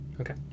Okay